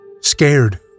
scared